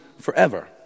forever